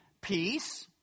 peace